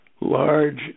large